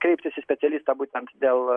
kreiptis į specialistą būtent dėl